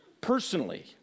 personally